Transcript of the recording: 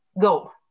Go